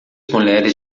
mulheres